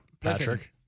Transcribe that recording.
Patrick